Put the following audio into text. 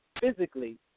Physically